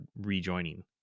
rejoining